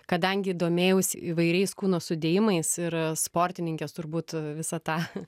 kadangi domėjausi įvairiais kūno sudėjimais ir sportininkės turbūt visą tą